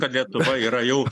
kad lietuva yra jau